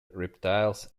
reptiles